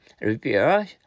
repair